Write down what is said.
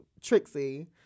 Trixie